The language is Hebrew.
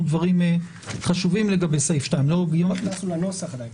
דברים חשובים על סעיף 2. --- בנוסח עדיין.